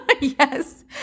Yes